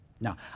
Now